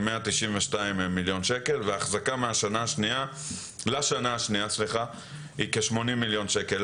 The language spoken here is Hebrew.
192 מיליון שקלים ועלות האחזקה לשנה השנייה היא כ-80 מיליון שקלים.